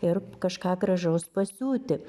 ir kažką gražaus pasiūti